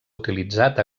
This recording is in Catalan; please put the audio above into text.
utilitzat